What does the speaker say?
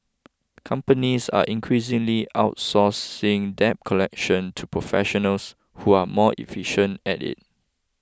companies are increasingly outsourcing debt collection to professionals who are more efficient at it